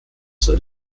zur